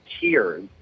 tears